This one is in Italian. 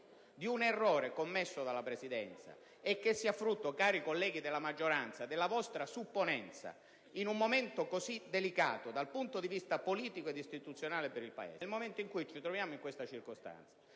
di un errore commesso dalla Presidenza e frutto, cari colleghi della maggioranza, della vostra supponenza in un momento così delicato dal punto di vista politico ed istituzionale per il Paese, nel momento in cui ci troviamo in questa circostanza